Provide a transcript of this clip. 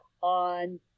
on